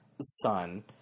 son